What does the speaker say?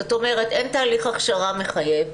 זאת אומרת אין תהליך הכשרה מחייב,